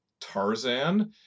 Tarzan